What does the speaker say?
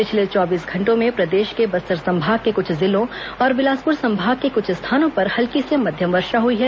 पिछले चौबीस घंटों में प्रदेश के बस्तर संभाग के कुछ जिलों और बिलासपुर संभाग के कुछ स्थानों पर हल्की से मध्यम वर्षा हुई है